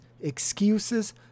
excuses